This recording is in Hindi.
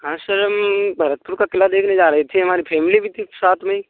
हाँ सर हम भरतपुर का किला देखने जा रहे थे हमारी फैमली भी थी साथ में ही